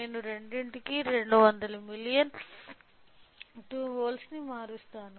నేను రెండింటినీ 200 మిలియన్ 2 వోల్ట్లని మారుస్తాను